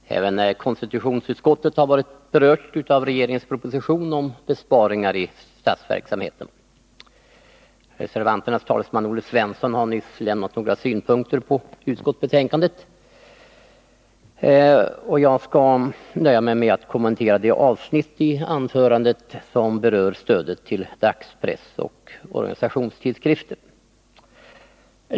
Herr talman! Även konstitutionsutskottet har varit berört av regeringens Besparingar i proposition om besparingar i statsverksamheten. statsverksamheten, Reservanternas talesman, Olle Svensson, har nyss lämnat några synpunk =». m. ter på utskottets betänkande. Jag skall nöja mig med att kommentera det avsnitt i anförandet som berör stödet till dagspress och organisationstidskrifter.